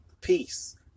Peace